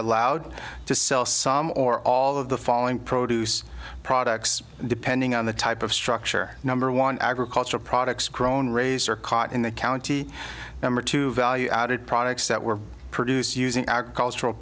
allowed to sell some or all of the following produce products depending on the type of structure number one agricultural products grown razer caught in the county number two value added products that were produced using agricultural